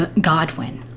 Godwin